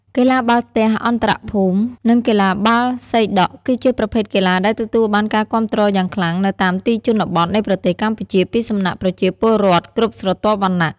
កីឡាបាល់ទះអន្តរភូមិ និងកីឡាបាល់សីដក់គឺជាប្រភេទកីឡាដែលទទួលបានការគាំទ្រយ៉ាងខ្លាំងនៅតាមទីជនបទនៃប្រទេសកម្ពុជាពីសំណាក់ប្រជាពលរដ្ឋគ្រប់ស្រទាប់វណ្ណៈ។